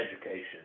education